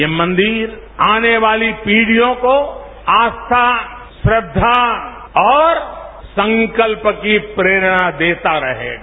यह मंदिरआने वाली पीढ़ियों को आस्था श्रद्वा औरसंकल्प की प्रेरणा देता रहेगा